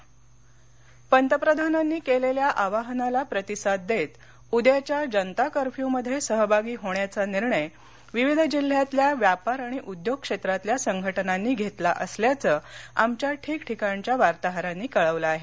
corona पंतप्रधानांनी केलेल्या आवाहनाला प्रतिसाद देत उद्याच्या जनता कर्फ्यू मध्ये सहभागी होण्याचा निर्णय विविध जिल्ह्यातल्या व्यापार आणि उद्योग क्षेत्रातल्या संघटनांनी घेतला असल्याचं आमच्या ठिकठिकाणच्या वार्ताहरांनी कळवलं आहे